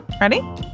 Ready